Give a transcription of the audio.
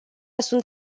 sunt